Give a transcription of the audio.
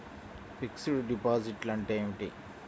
Fixed డిపాజిట్లు అంటే ఏమిటి?